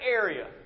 area